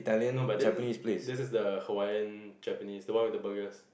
no but this is this is the Hawaiian Japanese the one with the burgers